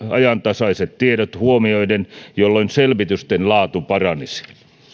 ajantasaiset tiedot huomioiden jolloin selvitysten laatu paranisi